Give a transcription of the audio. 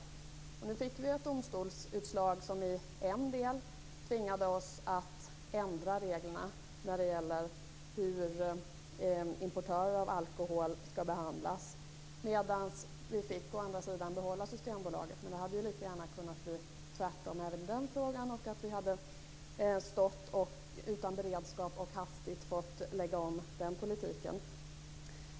Vi har nu fått ett domstolsutslag som till en del tvingar oss att ändra reglerna för hur alkoholimportörer skall behandlas. Å andra sidan fick vi behålla Systembolaget, men det hade lika gärna kunnat bli tvärtom i den frågan. Då hade vi stått utan beredskap och hastigt fått lägga om politiken.